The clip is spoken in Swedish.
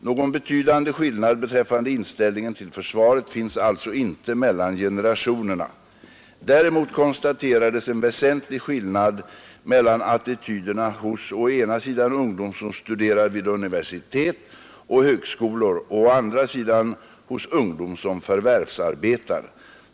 Någon betydande skillnad beträffande inställningen till försvaret finns alltså inte mellan generationerna. Däremot konstaterades en väsentlig skillnad mellan attityderna hos å ena sidan ungdom som studerar vid universitet och högskolor och å andra sidan hos ungdom som förvärvsarbetar.